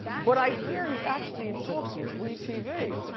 but i hear he's actually in talks with we tv.